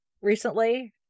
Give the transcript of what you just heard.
recently